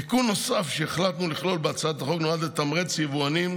תיקון נוסף שהחלטנו לכלול בהצעת החוק נועד לתמרץ יבואנים